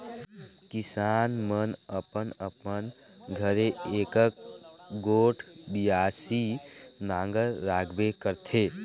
किसान मन अपन अपन घरे एकक गोट बियासी नांगर राखबे करथे